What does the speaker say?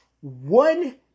one